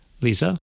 Lisa